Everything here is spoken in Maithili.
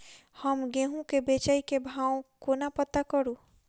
हम गेंहूँ केँ बेचै केँ भाव कोना पत्ता करू?